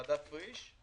ועדת פריש,